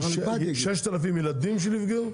6,000 ילדים שנפגעו?